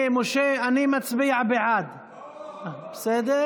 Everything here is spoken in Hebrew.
הינה, משה, אני מצביע בעד, בסדר?